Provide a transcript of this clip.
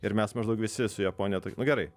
ir mes maždaug visi su japonija tokiu nu gerai